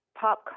pop